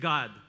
God